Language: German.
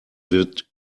wird